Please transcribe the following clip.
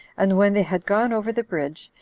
and when they had gone over the bridge,